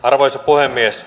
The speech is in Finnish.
arvoisa puhemies